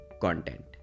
content